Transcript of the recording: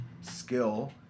skill